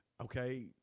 okay